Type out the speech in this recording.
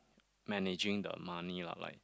managing the money lah like